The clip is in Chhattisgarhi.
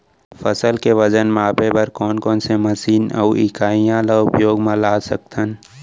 फसल के वजन मापे बर कोन कोन मशीन अऊ इकाइयां ला उपयोग मा ला सकथन?